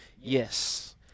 Yes